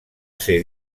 ser